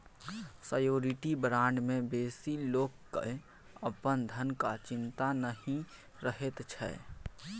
surety bond मे बेसी लोक केँ अपन धनक चिंता नहि रहैत छै